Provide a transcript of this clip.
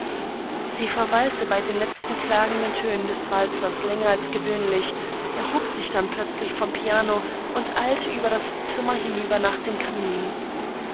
sie verweilte bei den letzten klagenden tönen des walzers länger als gewöhnlich erhob sich dann plötzlich vom piano und eilte über das zimmer hinüber nach dem kamin